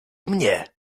mnie